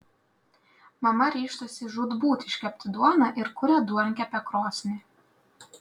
mama ryžtasi žūtbūt iškepti duoną ir kuria duonkepę krosnį